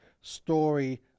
story